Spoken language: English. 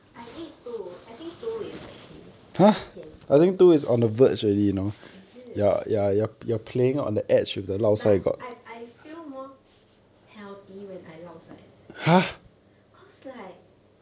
I ate two I think two is okay 一天 is it but I I feel more healthy when I lao sai because like